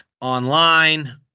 online